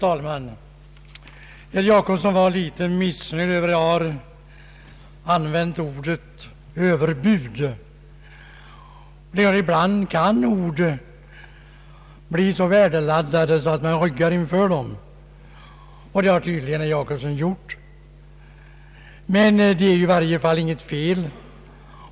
Herr talman! En del reservationer är sådana att man förvånar sig över att de har kommit till.